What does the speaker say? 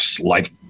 life